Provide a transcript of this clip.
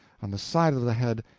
on the side of the head,